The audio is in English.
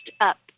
up